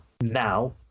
now